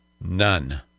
None